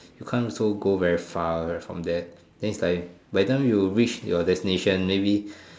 you can't also go very far from that then it's like by the time you reach your destination maybe